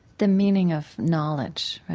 the meaning of knowledge? right,